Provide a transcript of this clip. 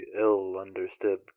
ill-understood